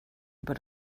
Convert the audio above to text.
über